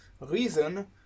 reason